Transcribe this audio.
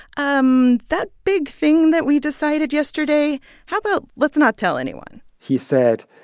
um that big thing that we decided yesterday how about let's not tell anyone? he said,